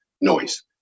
Noise